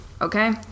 okay